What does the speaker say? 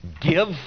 Give